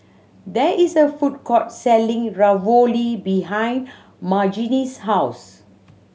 there is a food court selling Ravioli behind Margene's house